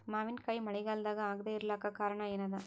ಮಾವಿನಕಾಯಿ ಮಳಿಗಾಲದಾಗ ಆಗದೆ ಇರಲಾಕ ಕಾರಣ ಏನದ?